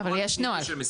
אבל יש נוהל.